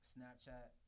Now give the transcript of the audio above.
Snapchat